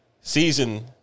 season